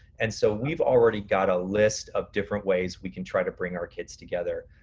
and so we've already got a list of different ways we can try to bring our kids together.